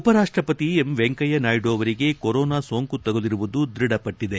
ಉಪರಾಷ್ಷಪತಿ ಎಂ ವೆಂಕಯ್ಯ ನಾಯ್ದು ಅವರಿಗೆ ಕೊರೋನಾ ಸೋಂಕು ತಗುಲಿರುವುದು ದೃಢಪಟ್ಟದೆ